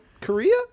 Korea